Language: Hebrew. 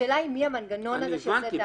השאלה מי המנגנון הזה שיעשה את --- הבנתי.